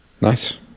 Nice